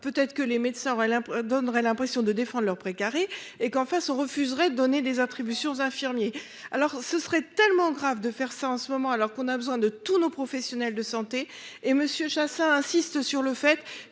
peut être que les médecins. Donnerait l'impression de défendent leur précarité et qu'en face on refuserait, donnez des attributions infirmiers alors ce serait tellement grave de faire ça en ce moment alors qu'on a besoin de tous nos professionnels de santé et Monsieur chassa insiste sur le fait